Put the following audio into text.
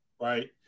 right